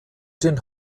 den